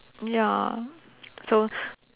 ya so